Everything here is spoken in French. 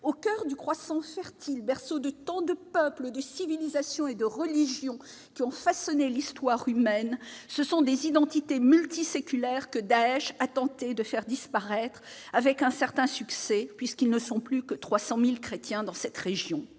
au coeur du Croissant fertile, berceau de tant de peuples de civilisation et de religions qui ont façonné l'histoire humaine, ce sont des identités multiséculaire que Daech a tenté de faire disparaître avec un certain succès puisqu'ils ne sont plus que 300000 chrétiens dans cette région,